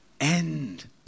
End